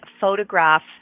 photograph